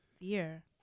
Fear